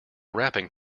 wrapping